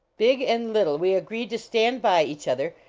big and little, we agreed to stand by each other,